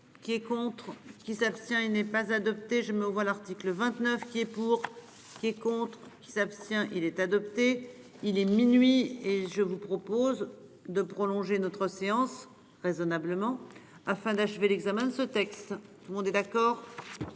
qui est contre qui s'abstient et n'est pas adopté, je mets aux voix l'article 29 qui est pour. Qui est contre qui s'abstient il est adopté, il est minuit et je vous propose de prolonger notre séance raisonnablement afin d'achever l'examen de ce texte. Tout le monde est d'accord.